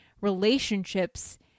relationships